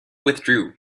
withdrew